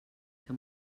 que